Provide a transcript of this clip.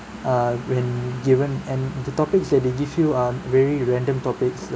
uh when given and the topics that they give you are very random topics